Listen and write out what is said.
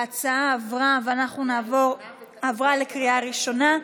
ההצעה עברה בקריאה ראשונה,